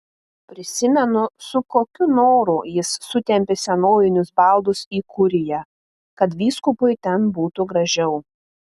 prisimenu su kokiu noru jis sutempė senovinius baldus į kuriją kad vyskupui ten būtų gražiau